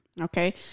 okay